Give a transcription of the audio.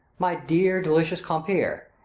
my dear delicious compeer,